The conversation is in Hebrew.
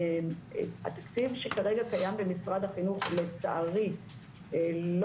התקציב שכרגע קיים במשרד החינוך לצערי לא